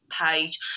page